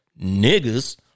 niggas